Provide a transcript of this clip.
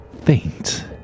faint